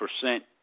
percent